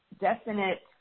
definite